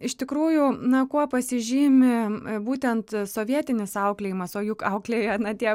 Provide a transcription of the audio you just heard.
iš tikrųjų na kuo pasižymi būtent sovietinis auklėjimas o juk auklėja na tie